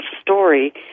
story